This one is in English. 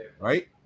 Right